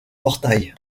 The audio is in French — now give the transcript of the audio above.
portail